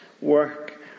work